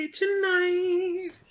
tonight